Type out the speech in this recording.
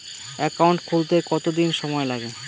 Account খুলতে কতদিন সময় লাগে?